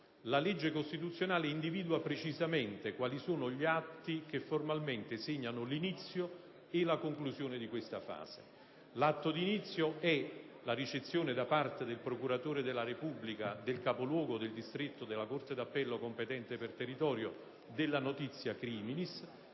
La legge costituzionale individua con precisione gli atti che formalmente segnano l'inizio e la conclusione di questa fase. L'atto d'inizio è la ricezione da parte del procuratore della Repubblica del capoluogo del distretto della corte d'appello competente per territorio della *notizia criminis*